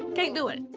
can't do it.